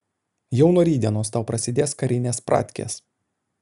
jau nuo rytdienos tau prasidės karinės pratkės